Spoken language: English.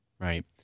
Right